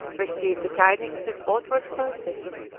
received the tidings with outward stoicism.